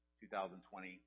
2020